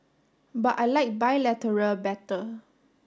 but I like bilateral better